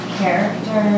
character